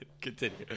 Continue